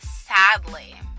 sadly